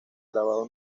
grabado